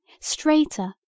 straighter